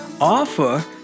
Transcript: offer